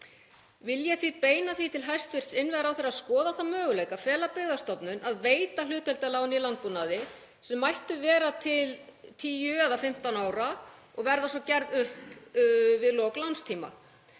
Vil ég því beina því til hæstv. innviðaráðherra að skoða þann möguleika að fela Byggðastofnun að veita hlutdeildarlán í landbúnaði sem mættu vera til 10 eða 15 ára og yrðu svo gerð upp við lok lánstíma.